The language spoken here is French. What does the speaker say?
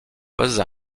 pose